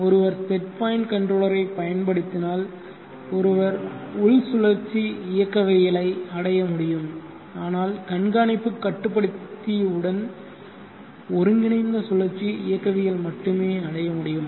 ஒருவர் set point கன்ட்ரோலரைப் பயன்படுத்தினால் ஒருவர் உள் சுழற்சி இயக்கவியலை அடைய முடியும் ஆனால் கண்காணிப்பு கட்டுப்படுத்தியுடன் ஒருங்கிணைந்த சுழற்சி இயக்கவியல் மட்டுமே அடைய முடியும்